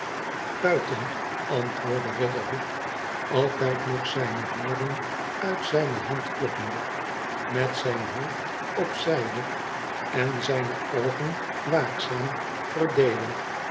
buiten antwoordde riderhood altijd nog zijne woorden uit zijne band kloppende met zijn hoofd op zijde en zijne oogen waakzaam verdeelend